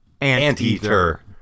anteater